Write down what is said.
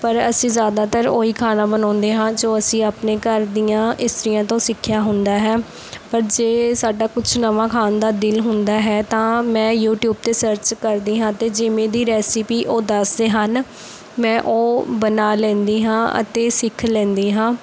ਪਰ ਅਸੀਂ ਜ਼ਿਆਦਾਤਰ ਉਹੀ ਖਾਣਾ ਬਣਾਉਂਦੇ ਹਾਂ ਜੋ ਅਸੀਂ ਆਪਣੇ ਘਰ ਦੀਆਂ ਇਸਤਰੀਆਂ ਤੋਂ ਸਿੱਖਿਆ ਹੁੰਦਾ ਹੈ ਪਰ ਜੇ ਸਾਡਾ ਕੁਛ ਨਵਾਂ ਖਾਣ ਦਾ ਦਿਲ ਹੁੰਦਾ ਹੈ ਤਾਂ ਮੈਂ ਯੂਟਿਊਬ 'ਤੇ ਸਰਚ ਕਰਦੀ ਹਾਂ ਅਤੇ ਜਿਵੇਂ ਦੀ ਰੈਸਪੀ ਉਹ ਦੱਸਦੇ ਹਨ ਮੈਂ ਉਹ ਬਣਾ ਲੈਂਦੀ ਹਾਂ ਅਤੇ ਸਿੱਖ ਲੈਂਦੀ ਹਾਂ